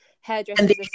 hairdressers